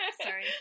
Sorry